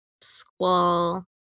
Squall